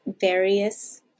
various